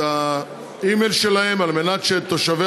ההצעה הזאת ללא תשובת